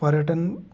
पर्यटन